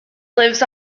lives